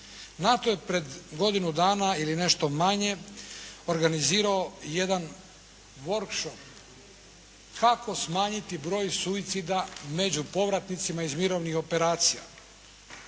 NATO je pred godinu dana ili nešto manje organizirao jedan war …/Govornik se ne razumije./… kako smanjiti broj suicida među povratnicima iz mirovnih operacija.